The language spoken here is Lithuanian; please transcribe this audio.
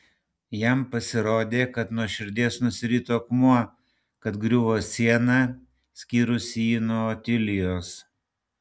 jam pasirodė kad nuo širdies nusirito akmuo kad griuvo siena skyrusi jį nuo otilijos